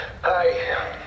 Hi